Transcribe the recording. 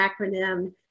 acronym